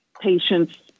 patients